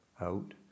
out